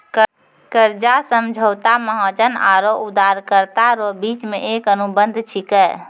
कर्जा समझौता महाजन आरो उदारकरता रो बिच मे एक अनुबंध छिकै